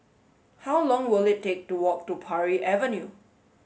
how long will it take to walk to Parry Avenue